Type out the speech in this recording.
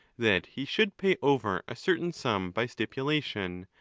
that he should pay over a certain sum by stipulation,